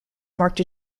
marked